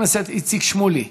חבר הכנסת איציק שמולי.